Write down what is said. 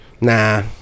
Nah